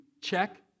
Check